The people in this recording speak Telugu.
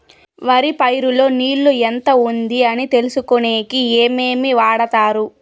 వరి పైరు లో నీళ్లు ఎంత ఉంది అని తెలుసుకునేకి ఏమేమి వాడతారు?